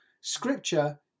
scripture